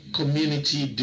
community